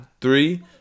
Three